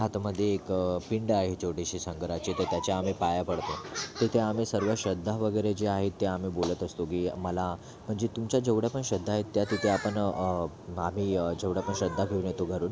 आतमध्ये एक पिंड आहे छोटीशी शंकराची तर त्याच्या आम्ही पाया पडतो तेथे आम्ही सर्व श्रद्धा वगैरे जे आहे ते आम्ही बोलत असतो की मला म्हणजे तुमच्या जेवढे पण श्रद्धा आहेत त्या तिथे आपण आम्ही जेवढ्या पण श्रद्धा घेऊन येतो घरून